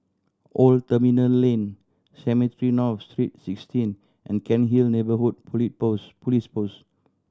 Old Terminal Lane Cemetry North Street Sixteen and Cairnhill Neighbourhood Police Post Police Post